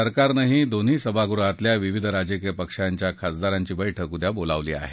सरकारनंही दोन्ही सभागृहातल्या विविध राजकीय पक्षांच्या खासदारांची बैठक उद्या बोलावली आहे